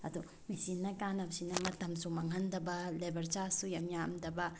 ꯑꯗꯣ ꯃꯦꯆꯤꯟꯅ ꯀꯥꯟꯅꯕꯁꯤꯅ ꯃꯇꯝꯁꯨ ꯃꯥꯡꯍꯟꯗꯕ ꯂꯦꯕꯔ ꯆꯥꯔꯖꯁꯨ ꯌꯥꯝ ꯌꯥꯝꯗꯕ